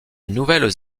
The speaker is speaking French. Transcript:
nouvelles